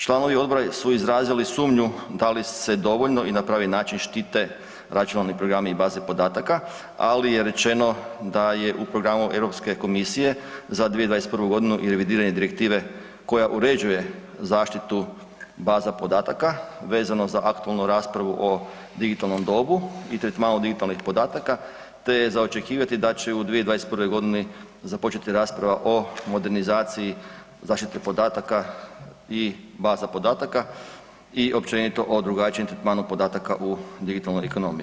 Članovi odbora su izrazili sumnju da li se dovoljno i na pravi način štite računalni programi i baze podataka ali je rečeno da je u programu Europske komisije za 2021. i revidiranje direktive koja uređuje zaštitu baza podataka vezano za aktualnu raspravu o digitalnom dobu i tretmanom digitalnih podataka te je za očekivati da će u 2021. g. započeti rasprava o modernizaciji zaštite podataka i baza podataka i općenito o drugačijem tretmanu podataka u digitalnoj ekonomiji.